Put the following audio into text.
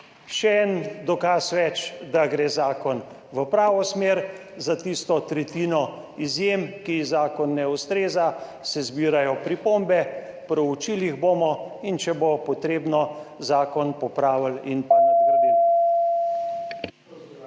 Še en dokaz več, da gre zakon v pravo smer. Za tisto tretjino izjem, ki ji zakon ne ustreza, se zbirajo pripombe, Proučili jih bomo in če bo potrebno zakon popravili in pa nadgradili. / znak